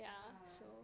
ah